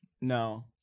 No